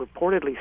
reportedly